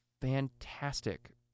fantastic